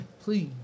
Please